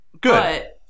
Good